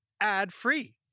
ad-free